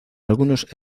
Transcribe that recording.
algunos